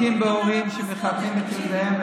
מכים בהורים שמחתנים את ילדיהם,